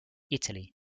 italy